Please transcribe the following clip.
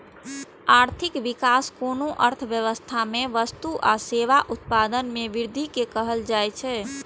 आर्थिक विकास कोनो अर्थव्यवस्था मे वस्तु आ सेवाक उत्पादन मे वृद्धि कें कहल जाइ छै